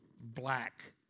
black